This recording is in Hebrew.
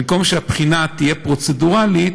במקום שהבחינה תהיה פרוצדורלית